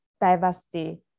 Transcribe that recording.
diversity